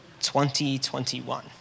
2021